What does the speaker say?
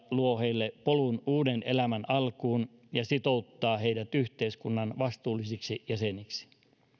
luo heille polun uuden elämän alkuun ja sitouttaa heidät yhteiskunnan vastuullisiksi jäseniksi